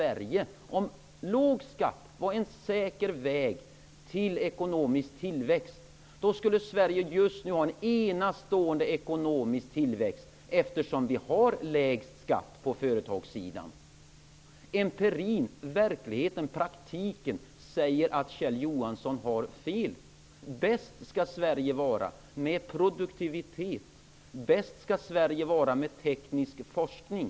Om låg skatt var en säker väg till ekonomisk tillväxt skulle Sverige just nu ha en enastående ekonomisk tillväxt eftersom vi har lägst skatt på företagssidan. Empirin, verkligheten och praktiken säger att Kjell Johansson har fel. Sverige skall vara bäst med produktivitet och teknisk forskning.